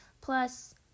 plus